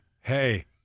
hey